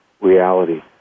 reality